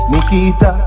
Nikita